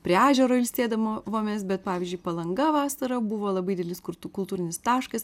prie ežero ilsėdavomės bet pavyzdžiui palanga vasarą buvo labai didelis kurtų kultūrinis taškas